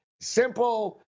simple